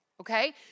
Okay